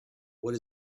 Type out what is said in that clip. what